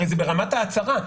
הרי זה ברמת ההצהרה,